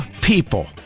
people